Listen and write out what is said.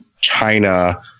China